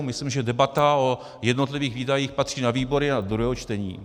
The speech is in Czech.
Myslím, že debata o jednotlivých výdajích patří na výbory a do druhého čtení.